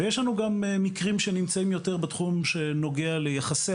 יש לנו גם מקרים שנמצאים יותר בתחום שנוגע ליחסי